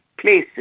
places